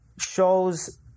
shows